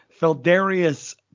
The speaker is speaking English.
Feldarius